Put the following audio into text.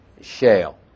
shale